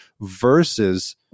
versus